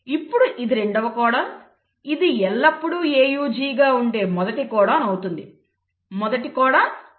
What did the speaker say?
ఇప్పుడు ఇది రెండవ కోడాన్ ఇది ఎల్లప్పుడూ AUGగా ఉండే మొదటి కోడాన్ అవుతుంది మొదటి కోడాన్ రెండవ కోడాన్